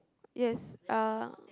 yes uh